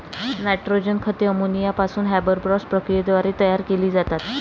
nitrogen खते ammonia पासून Haber Bosch प्रक्रियेद्वारे तयार केली जातात